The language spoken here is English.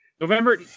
november